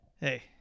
Hey